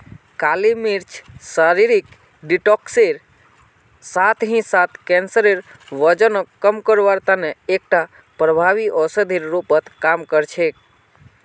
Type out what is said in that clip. काली मिर्च शरीरक डिटॉक्सेर साथ ही साथ कैंसर, वजनक कम करवार तने एकटा प्रभावी औषधिर रूपत काम कर छेक